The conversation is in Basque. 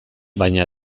baina